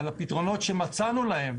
על הפתרונות שמצאנו להם.